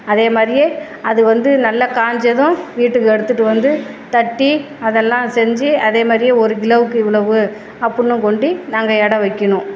அதே மாதிரியே அது வந்து நல்லா காஞ்சதும் வீட்டுக்கு எடுத்துட்டு வந்து தட்டி அதெல்லாம் செஞ்சு அதே மாதிரியே ஒரு கிலோவுக்கு இவ்வளவு அப்டின்னு கொண்டு நாங்கள் எடை வைக்கணும்